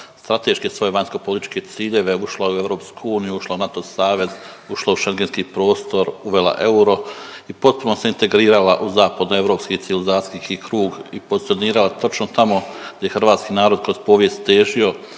strateške svoje vanjskopolitičke ciljeve ušla u EU, ušla u NATO savez, ušla u šengenski prostor, uvela euro i potpuno se integrirala u zapadnoeuropski civilizacijski krug i pozicionirala točno tamo gdje hrvatski narod kroz povijest težio,